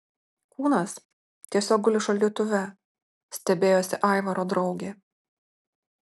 kūnas tiesiog guli šaldytuve stebėjosi aivaro draugė